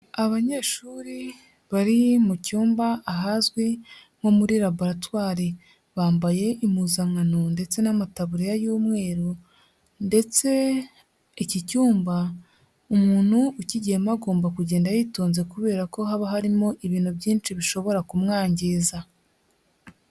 Abanyeshuri bari mu cyumba ahazwi nko muri laboratwari, bambaye impuzankano ndetse n'amataburiya y'umweru ndetse iki cyumba umuntu ukigiyemo agomba kugenda yitonze kubera ko haba harimo ibintu byinshi bishobora kumwangiza.